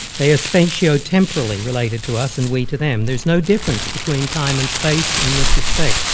they are spatiotemporally related to us and we to them there's no difference between time and space in this respect.